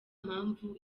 mpamvu